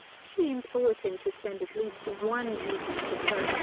she implores him to spend at least one evening with her,